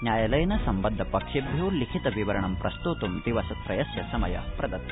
न्यायालयेन सम्बद्ध पक्षेभ्य लिखितविवरणं प्रस्तोत् दिवसत्रयस्य समय प्रदत्त